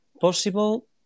possible